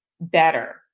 better